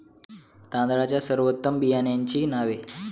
तांदळाच्या सर्वोत्तम बियाण्यांची नावे?